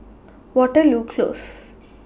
Waterloo Close